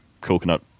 coconut